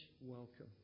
welcome